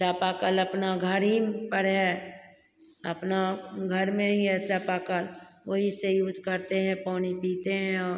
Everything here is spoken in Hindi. चापाकल अपना घर ही पर है अपना घर में ही है चापाकल वही से यूज़ करते हैं पानी पीते हैं ओ